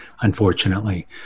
unfortunately